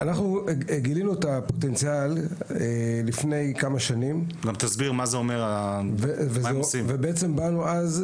גילינו את הפוטנציאל לפני כמה שנים ובאנו אז,